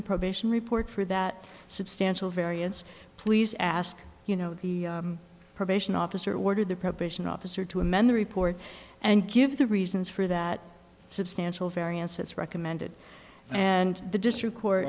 the probation report for that substantial variance please ask you know the probation officer ordered the probation officer to amend the report and give the reasons for that substantial variance it's recommended and the district court